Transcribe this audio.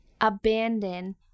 abandon